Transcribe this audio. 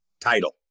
title